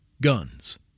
guns